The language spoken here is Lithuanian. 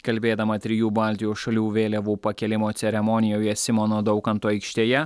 kalbėdama trijų baltijos šalių vėliavų pakėlimo ceremonijoje simono daukanto aikštėje